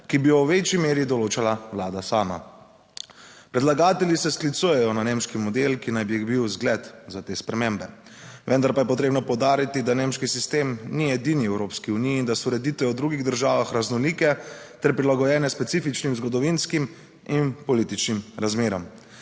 ki bi jo v večji meri določala vlada sama. Predlagatelji se sklicujejo na nemški model, ki naj bi bil zgled za te spremembe, vendar pa je potrebno poudariti, da nemški sistem ni edini v Evropski uniji in da so ureditve v drugih državah raznolike ter prilagojene specifičnim zgodovinskim in političnim razmeram.